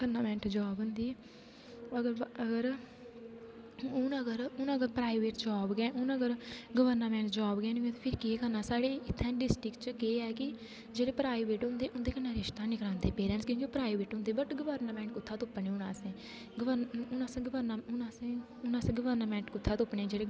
permanent job होंदी ओर हून अगर हून अगर प्राइवेट जाॅव गै हून अगर गवर्नामेंट जाॅव गै नेईं थ्होऐ फिह् केह करना साडे इत्थे डिस्ट्रिक्ट च केह् है कि जेहडे़ प्राइवेट होंदे ओंदे कन्ने रिशता नेई करांदे ब्याह दा पेरेंटस क्योंकि ओह् प्राइवेट होंदे बट गवर्नामेंट कुत्थै तुप्पने हून असें गवर्नामेंट हून असें हून असें गवर्नामेंट कुत्थै तुप्पनी